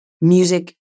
music